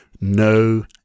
No